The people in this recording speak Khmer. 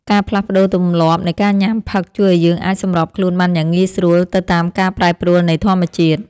ការផ្លាស់ប្តូរទម្លាប់នៃការញ៉ាំផឹកជួយឱ្យយើងអាចសម្របខ្លួនបានយ៉ាងងាយស្រួលទៅតាមការប្រែប្រួលនៃធម្មជាតិ។